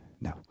No